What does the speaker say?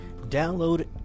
Download